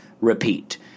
repeat